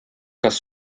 kas